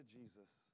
Jesus